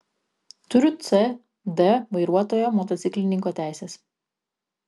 turiu c d vairuotojo motociklininko teises